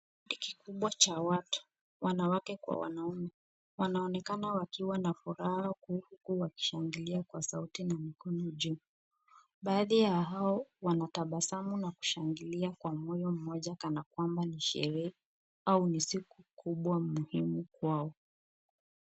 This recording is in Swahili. Kikundi kikubwa cha watu , wanawake kwa wanaume , wanaonekana wakiwa na furaha huku wakishangilia kwa sauti na mikono juu . Baadhi ya hao wanatabasamu na kushangilia kwa moyo mmoja kana kwamba ni sherehe au ni siku kubwa muhimu kwao.